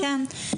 כן, כן.